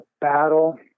battle